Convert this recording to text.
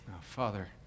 Father